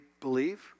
believe